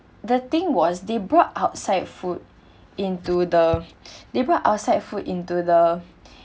the thing was they brought outside food into the they brought outside food into the